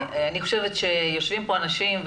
יושבים פה אנשים,